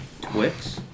twix